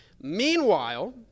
Meanwhile